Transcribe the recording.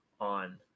on